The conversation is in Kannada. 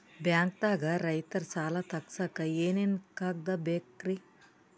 ಬ್ಯಾಂಕ್ದಾಗ ರೈತರ ಸಾಲ ತಗ್ಸಕ್ಕೆ ಏನೇನ್ ಕಾಗ್ದ ಬೇಕ್ರಿ?